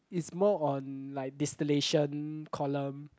is more on like distillation column